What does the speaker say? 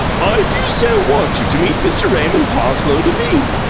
i do so want you to meet mr. raymond parsloe devine,